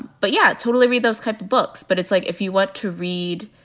but, yeah, totally read those kind of books. but it's like if you want to read.